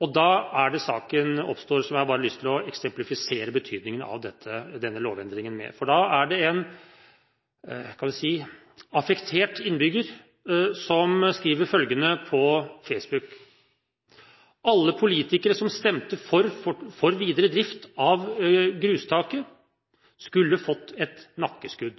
og det er da saken oppstår som jeg har lyst til å referere til for å eksemplifisere betydningen av denne lovendringen. For da er det en affektert innbygger som skriver følgende på Facebook: Alle politikerne som stemte for videre drift av grustaket, skulle fått et nakkeskudd.